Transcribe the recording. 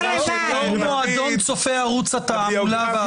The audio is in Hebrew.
יו"ר מועדון צופי ערוץ התעמולה וההסתה.